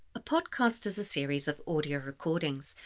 a podcast is a series of audio recordings,